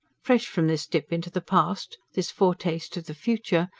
fresh from this dip into the past, this foretaste of the future,